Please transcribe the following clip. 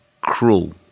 cruel